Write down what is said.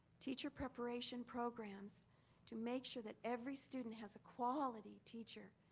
teacher preparation programs to make sure that every student has a quality teacher,